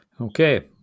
Okay